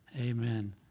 Amen